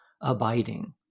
abiding